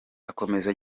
akomeza